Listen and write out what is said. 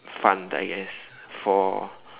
fun I guess for